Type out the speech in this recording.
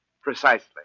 Precisely